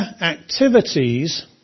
activities